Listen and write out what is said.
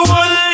one